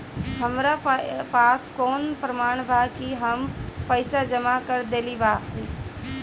हमरा पास कौन प्रमाण बा कि हम पईसा जमा कर देली बारी?